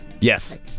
Yes